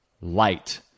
light